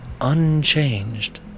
unchanged